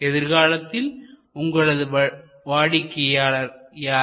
எதிர்காலத்தில் உங்களது வாடிக்கையாளர் யார்